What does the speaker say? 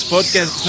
Podcast